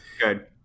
Good